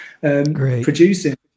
producing